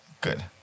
Good